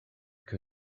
que